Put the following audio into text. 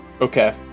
Okay